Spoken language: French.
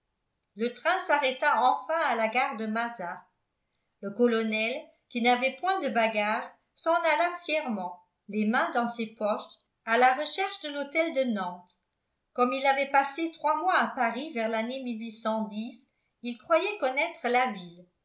le train s'arrêta enfin à la gare de mazas le colonel qui n'avait point de bagages s'en alla fièrement les mains dans ses poches à la recherche de l'hôtel de nantes comme il avait passé trois mois à paris vers l'année il croyait connaître la ville